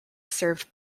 served